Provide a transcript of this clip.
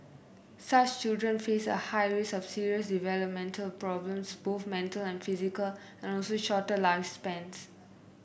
such children face a high risk of serious developmental problems both mental and physical and also shorter lifespans